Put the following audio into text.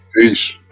Peace